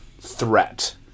threat